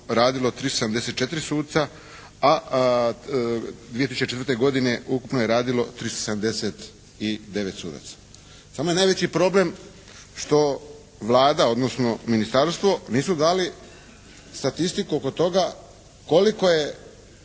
radilo 374 suca, a 2004. godine ukupno je radilo 379 sudaca. Samo je najveći problem što Vlada, odnosno ministarstvo nisu dali statistiku oko toga koliko je